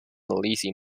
lizzy